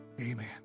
Amen